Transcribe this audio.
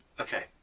Okay